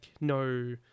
no